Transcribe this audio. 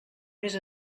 més